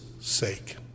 sake